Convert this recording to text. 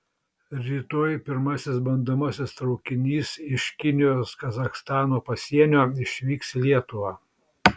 rytoj pirmasis bandomasis traukinys iš kinijos kazachstano pasienio išvyks į lietuvą